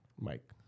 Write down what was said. Mike